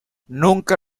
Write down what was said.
nunca